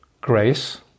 grace